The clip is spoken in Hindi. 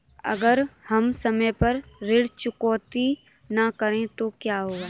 अगर हम समय पर ऋण चुकौती न करें तो क्या होगा?